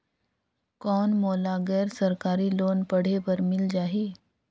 कौन मोला गैर सरकारी लोन पढ़े बर मिल जाहि?